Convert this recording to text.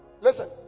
Listen